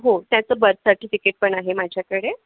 हो त्याचं birth certificate पण आहे माझ्याकडे